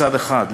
מצד אחד,